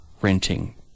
renting